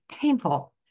painful